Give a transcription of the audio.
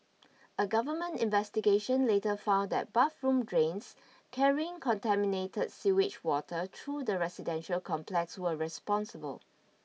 a government investigation later found that bathroom drains carrying contaminated sewage water through the residential complex were responsible